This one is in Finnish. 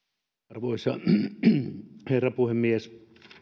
arvoisa herra puhemies